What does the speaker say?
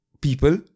People